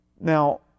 Now